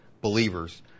believers